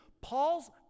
Paul's